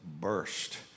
burst